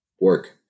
work